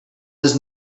does